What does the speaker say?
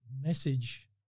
message